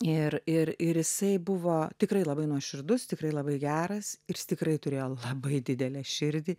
ir ir ir jisai buvo tikrai labai nuoširdus tikrai labai geras ir jis tikrai turėjo labai didelę širdį